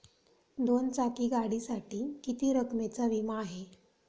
दोन चाकी गाडीसाठी किती रकमेचा विमा आहे?